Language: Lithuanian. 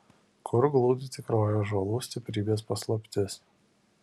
kur glūdi tikroji ąžuolų stiprybės paslaptis